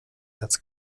herz